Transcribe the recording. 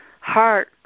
heart